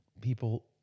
people